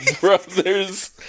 Brothers